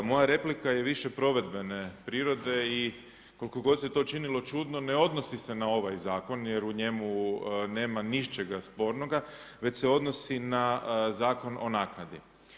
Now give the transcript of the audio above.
Moja replika je više provedbene prirode i koliko god se to činilo čudno ne odnosi se na ovaj zakon jer u njemu nema ničega spornoga, već se odnosi na Zakon o naknadi.